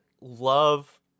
love